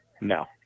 No